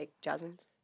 Jasmine's